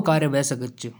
बेहतर बनादु।